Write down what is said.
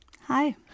Hi